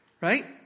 right